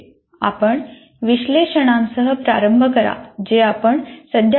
आपण विश्लेषणासह प्रारंभ करा जे आपण सध्या पाहू